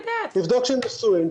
לבדוק שהם נשואים,